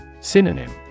Synonym